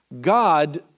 God